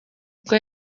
bwo